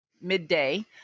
midday